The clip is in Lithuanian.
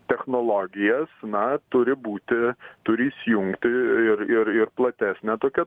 technologijos na turi būti turi įsijungti ir ir ir platesnė tokia